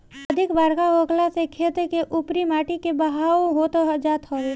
अधिका बरखा होखला से खेत के उपरी माटी के बहाव होत जात हवे